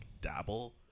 dabble